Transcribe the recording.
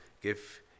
give